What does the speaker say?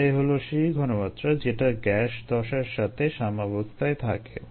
এটাই হলো সেই ঘনমাত্রা যেটা গ্যাস দশার সাথে সাম্যাবস্থায় থাকে